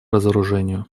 разоружению